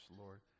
Lord